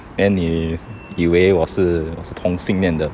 then 你以为我是我是同性恋的